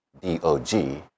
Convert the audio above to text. D-O-G